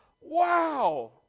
wow